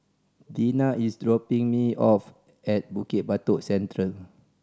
Deana is dropping me off at Bukit Batok Central